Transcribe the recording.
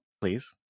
please